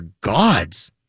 gods